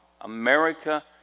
America